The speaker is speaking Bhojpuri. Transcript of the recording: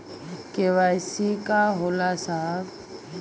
के.वाइ.सी का होला साहब?